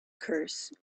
curse